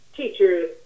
teachers